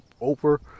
over